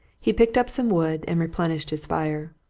he picked up some wood and replenished his fire.